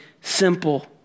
simple